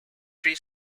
three